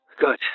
Good